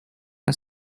are